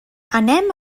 anem